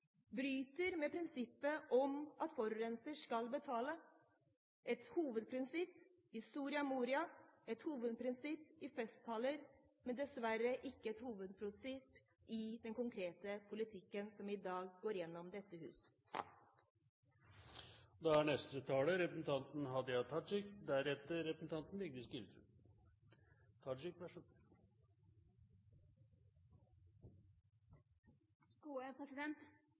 bryter med prinsippet om at forurenser skal betale – et hovedprinsipp i Soria Moria-erklæringen, et hovedprinsipp i festtaler, men dessverre ikke et hovedprinsipp i den konkrete politikken som i dag går gjennom dette hus. I Dagbladet i dag sier Erna Solberg og Siv Jensen at de har funnet sammen. Jeg er